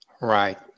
Right